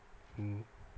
mmhmm